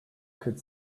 could